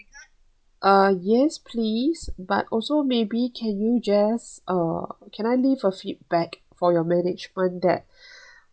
uh yes please but also maybe can you just uh can I leave a feedback for your management that